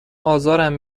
ازارم